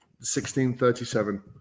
1637